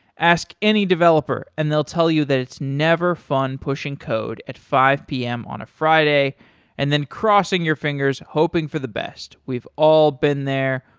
ask any developer and they'll tell you that it's never fun pushing code at five p m. on a friday and then crossing your fingers hoping for the best. we've all been there.